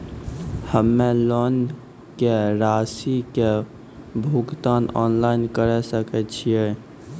हम्मे लोन के रासि के भुगतान ऑनलाइन करे सकय छियै?